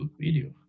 video